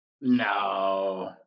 No